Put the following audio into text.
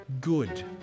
good